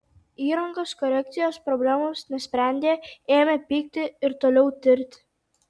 įrangos korekcijos problemos nesprendė ėmė pykti ir toliau tirti